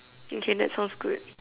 okay that sounds good